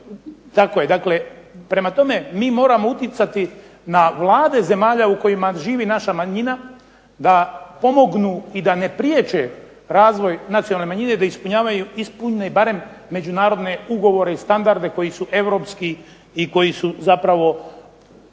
tako je. Dakle, prema tome mi moramo utjecati na vlade zemalja u kojima živi naša manjina da pomognu i da ne priječe razvoj nacionalne manjine i da ispune barem međunarodne ugovore i standarde koji su europski i koji su ako